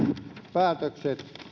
päätökset